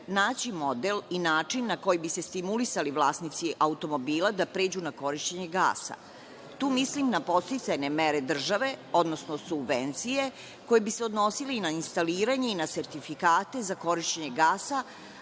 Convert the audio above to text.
naći model i način na koji bi se stimulisali vlasnici automobila da pređu na korišćenje gasa? Tu mislim na podsticajne mere države, odnosno subvencije koje bi se odnosili na instaliranje i na sertifikate za korišćenje gasa,